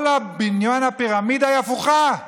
כל הפירמידה הפוכה.